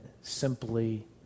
simply